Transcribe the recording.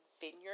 vineyard